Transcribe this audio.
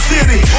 City